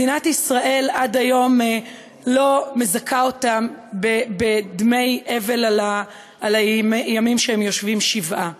מדינת ישראל עד היום לא מזכה אותם בדמי אבל על הימים שהם יושבים שבעה.